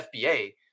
FBA